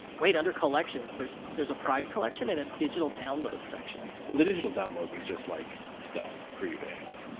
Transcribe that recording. wait, under collections, there's there's a pride collection and a digital downloads section. well, the digital downloads is just, like, stuff for you to have.